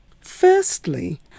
Firstly